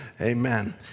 Amen